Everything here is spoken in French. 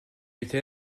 étais